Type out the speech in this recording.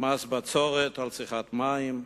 מס בצורת על צריכת מים,